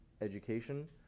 education